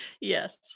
Yes